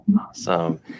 Awesome